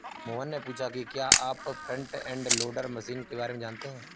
मोहन ने पूछा कि क्या आप फ्रंट एंड लोडर मशीन के बारे में जानते हैं?